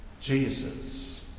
Jesus